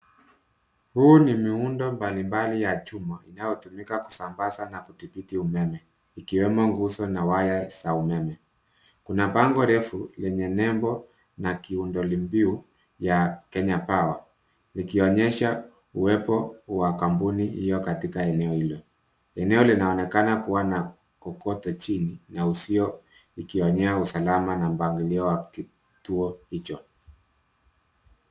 Huu ni miundo mbalimbali ya chuma inayotumika kusambaza na kutiliki umeme ikiwemo nguzo na waya za umeme. Kuna bango refu lenye nembo na kiundolimbiu ya Kenya Power likionyesha uwepo wa kampuni hio katika eneo hilo. Eneo linaonekana kuwa na kokoto chini na uzio likionea usalama na mpangilio wa kituo hicho.